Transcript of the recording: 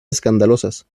escandalosas